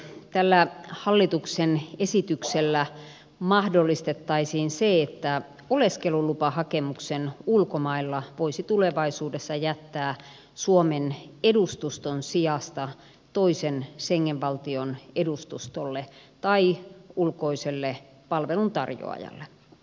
tällä hallituksen esityksellä mahdollistettaisiin se että oleskelulu pahakemuksen ulkomailla voisi tulevaisuudes sa jättää suomen edustuston sijasta toisen schengen valtion edustustolle tai ulkoiselle palveluntarjoajalle